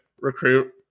recruit